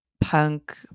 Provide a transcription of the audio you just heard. punk